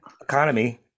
economy